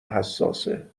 حساسه